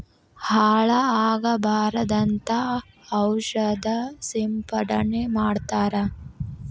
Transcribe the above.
ಹಾಳ ಆಗಬಾರದಂತ ಔಷದ ಸಿಂಪಡಣೆ ಮಾಡ್ತಾರ